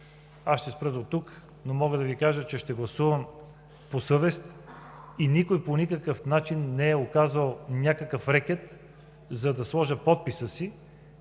Аз ще спра дотук, но мога да Ви кажа, че ще гласувам по съвест и никой по никакъв начин не е оказал някакъв рекет, за да сложа подписа си